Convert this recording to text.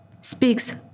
speaks